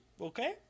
okay